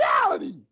reality